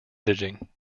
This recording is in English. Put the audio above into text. editing